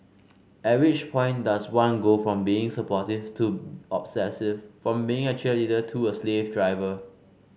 at which point does one go from being supportive to obsessive from being a cheerleader to a slave driver